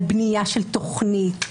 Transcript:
על בנייה של תכנית,